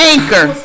Anchor